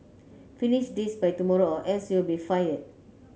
finish this by tomorrow or else you'll be fired